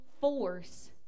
force